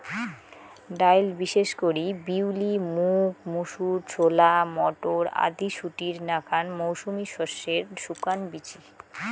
ডাইল বিশেষ করি বিউলি, মুগ, মুসুর, ছোলা, মটর আদি শুটির নাকান মৌসুমী শস্যের শুকান বীচি